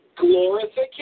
glorification